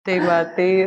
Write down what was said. tai va tai